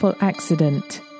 accident